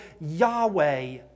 Yahweh